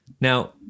Now